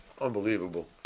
Unbelievable